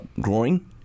growing